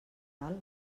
alt